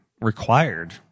required